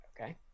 Okay